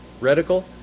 reticle